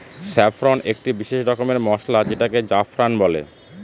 saffron একটি বিশেষ রকমের মসলা যেটাকে জাফরান বলে